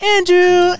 Andrew